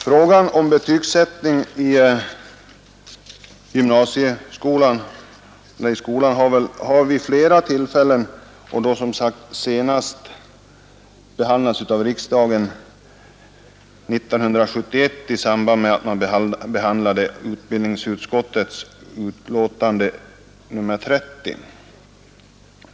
Frågan om betygsättningen i gymnasieskolan har vid flera tillfällen behandlats av riksdagen, senast 1971 i samband med utbildningsutskottets betänkande nr 30.